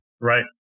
Right